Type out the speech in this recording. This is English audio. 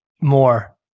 more